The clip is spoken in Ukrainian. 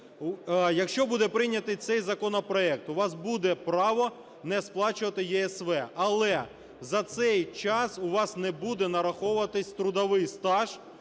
якщо буде прийнятий цей законопроект – у вас буде право не сплачувати ЄСВ, але за цей час у вас не буде нараховуватися трудовий стаж.